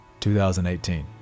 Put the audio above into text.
2018